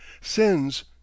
sins